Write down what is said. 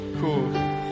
Cool